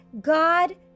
God